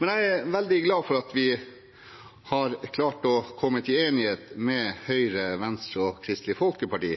Men jeg er veldig glad for at vi har klart å komme til enighet med Høyre, Venstre og Kristelig Folkeparti